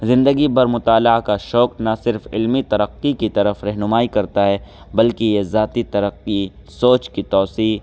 زندگی بھر مطالعہ کا شوق نہ صرف علمی ترقی کی طرف رہنمائی کرتا ہے بلکہ یہ ذاتی ترقی سوچ کی توسیع